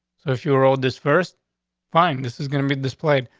if you rolled this first find, this is gonna be displayed.